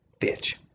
bitch